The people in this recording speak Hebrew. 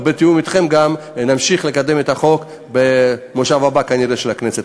ובתיאום אתכם גם נמשיך לקדם את החוק כנראה במושב הבא של הכנסת.